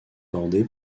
bordé